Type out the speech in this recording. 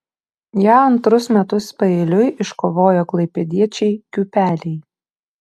ją antrus metus paeiliui iškovojo klaipėdiečiai kiūpeliai